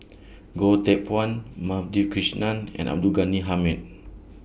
Goh Teck Phuan Madhavi Krishnan and Abdul Ghani Hamid